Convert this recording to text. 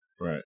Right